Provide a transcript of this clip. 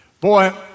Boy